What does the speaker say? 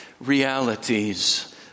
realities